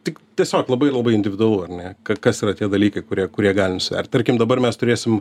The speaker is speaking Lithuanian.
tik tiesiog labai labai individualu ar ne kas yra tie dalykai kurie kurie gali nusvert tarkim dabar mes turėsim